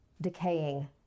decaying